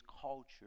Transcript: culture